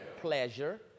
pleasure